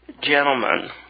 gentlemen